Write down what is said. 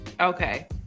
Okay